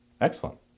Excellent